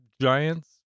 giants